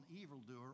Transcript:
evildoer